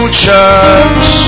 church